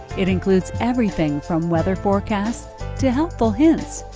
it includes everything from weather forecasts to helpful hints,